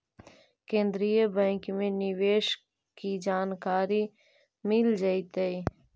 केन्द्रीय बैंक में निवेश की जानकारी मिल जतई